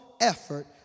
effort